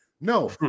No